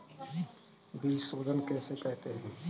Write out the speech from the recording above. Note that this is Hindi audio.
बीज शोधन किसे कहते हैं?